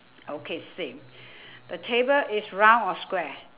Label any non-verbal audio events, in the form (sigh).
okay same (breath) the table is round or square